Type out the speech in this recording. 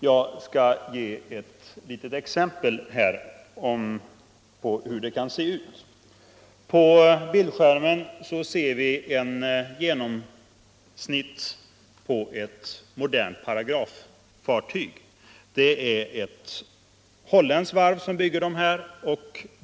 Jag skall illustrera hur det kan se ut. På bildskärmen visar jag en genomskärning av ett modernt paragraffartyg. Det är ett holländskt varv som bygger dessa fartyg.